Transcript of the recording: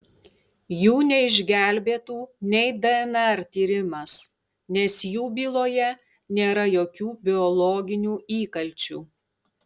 jų neišgelbėtų nei dnr tyrimas nes jų byloje nėra jokių biologinių įkalčių